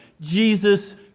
Jesus